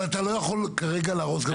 אתה לא יכול כרגע גם להרוס את הישיבה.